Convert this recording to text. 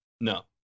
no